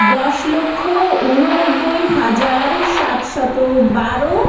দশ লক্ষ ঊননব্বই হাজার সাতশত বারো